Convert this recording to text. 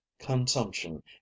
consumption